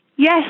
Yes